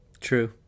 true